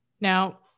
Now